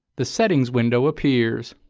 the settings window appears.